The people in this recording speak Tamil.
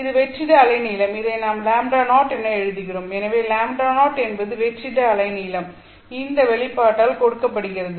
இது வெற்றிட அலைநீளம் இதை நாம் λ0 என எழுதுகிறோம் எனவே λ0 என்பது வெற்றிட அலைநீளம் இந்த வெளிப்பாட்டால் கொடுக்கப்படுகிறது